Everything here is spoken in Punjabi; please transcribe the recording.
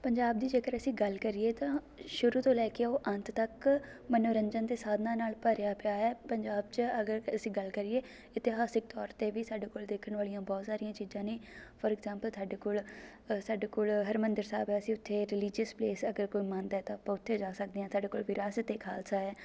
ਪੰਜਾਬ ਦੀ ਜੇਕਰ ਅਸੀਂ ਗੱਲ ਕਰੀਏ ਤਾਂ ਸ਼ੁਰੂ ਤੋਂ ਲੈ ਕੇ ਉਹ ਅੰਤ ਤੱਕ ਮੰਨੋਰੰਜਨ ਦੇ ਸਾਧਨਾਂ ਨਾਲ ਭਰਿਆ ਪਿਆ ਹੈ ਪੰਜਾਬ 'ਚ ਅਗਰ ਅਸੀਂ ਗੱਲ ਕਰੀਏ ਇਤਿਹਾਸਿਕ ਤੌਰ 'ਤੇ ਵੀ ਸਾਡੇ ਕੋਲ ਦੇਖਣ ਵਾਲੀਆਂ ਬਹੁਤ ਸਾਰੀਆਂ ਚੀਜ਼ਾਂ ਨੇ ਫੋਰ ਇਗਜ਼ਾਂਪਲ ਸਾਡੇ ਕੋਲ ਸਾਡੇ ਕੋਲ ਹਰਿਮੰਦਰ ਸਾਹਿਬ ਹੈ ਅਸੀਂ ਉੱਥੇ ਰਲੀਜੀਅਸ ਪਲੇਸ ਅਗਰ ਕੋਈ ਮੰਨਦਾ ਤਾਂ ਆਪਾਂ ਉੱਥੇ ਜਾ ਸਕਦੇ ਹਾਂ ਸਾਡੇ ਕੋਲ ਵਿਰਾਸਤ ਏ ਖਾਲਸਾ ਹੈ